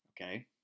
Okay